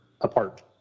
apart